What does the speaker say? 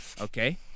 Okay